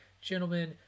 gentlemen